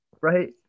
Right